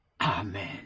Amen